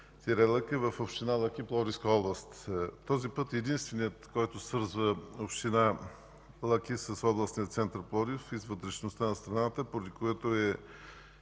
– Лъки” в община Лъки, Пловдивска област. Този път е единственият, който свързва община Лъки с областния център Пловдив и с вътрешността на страната, поради което е